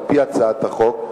על-פי הצעת החוק,